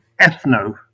ethno